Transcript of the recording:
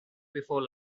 before